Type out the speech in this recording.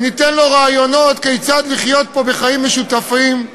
וניתן לו רעיונות כיצד לחיות פה חיים משותפים,